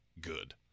good